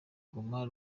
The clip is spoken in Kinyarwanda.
guma